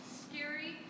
scary